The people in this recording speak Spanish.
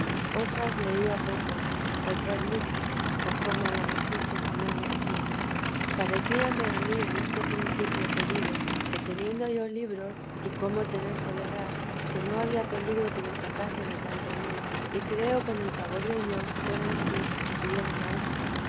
otras leía poco otras mucho conforme a la merced que el señor me hacía parecíame a mí en este principio que digo que teniendo yo libros y cómo tener soledad que no había peligro que me sacase de tanto bien y creo con el favor de dios fuera ansí si tuviera maestro